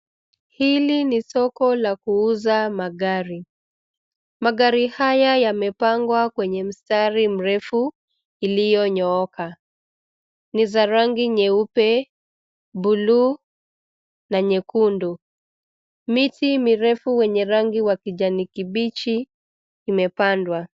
Hili ni soko la kuuza magari. Magari haya yamepangwa kwenye mstari mrefu iliyonyooka. Ni za rangi nyeupe, bluu na nyekundu. Miti mirefu yenye rangi ya kijani kibichi imepandwa.